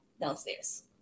downstairs